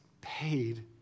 paid